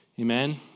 Amen